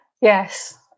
Yes